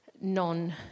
non